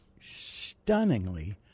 stunningly